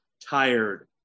tired